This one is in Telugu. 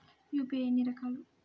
యూ.పీ.ఐ ఎన్ని రకాలు?